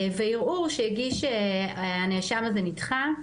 וערעור שהגיש הנאשם הזה נדחה,